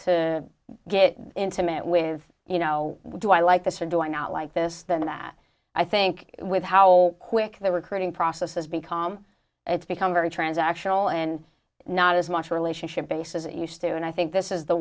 to get intimate with you know do i like this or do i not like this than that i think with how quick they were creating process has become it's become very transactional and not as much relationship based as it used to and i think this is the